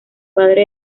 padre